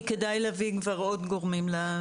כי כדאי להביא כבר עוד גורמים לכך.